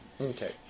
Okay